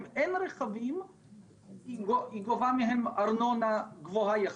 אין רכבים היא גובה מהם ארנונה גבוהה יחסית,